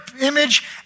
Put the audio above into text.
image